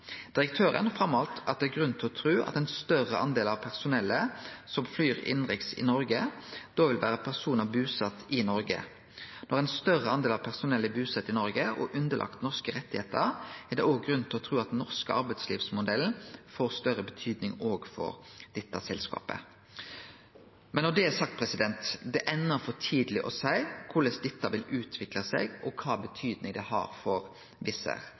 er grunn til å tru at ein større del av personellet som flyr innanriks i Noreg, da vil vere personar busette i Noreg. Når ein større del av personellet er busett i Noreg og underlagt norske rettar, er det òg grunn til å tru at den norske arbeidslivsmodellen får større betyding for dette selskapet. Men når det er sagt: Det er enno for tidleg å seie korleis dette vil utvikle seg, og kva betyding det har for